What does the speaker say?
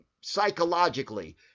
psychologically